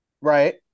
Right